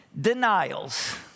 denials